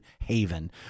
haven